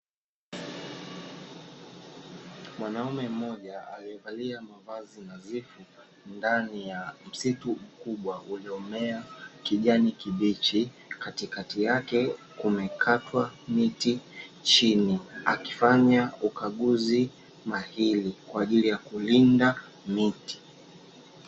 Mwanaume mmoja aliyevalia mavazi nadhifu na ndani ya msitu mkubwa uliomea kijani kibichi katikati yake kumekatwa miti chini akifanya ukaguzi mahiri kwa ajili ya kulinda miti.